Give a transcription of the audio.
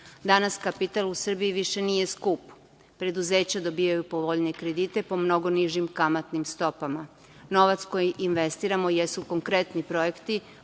krizu. Danas kapital u Srbiji više nije skup. Preduzeća dobijaju povoljnije kredite po mnogo nižim kamatnim stopama. Novac koji investiramo jesu konkretni projekti,